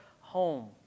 home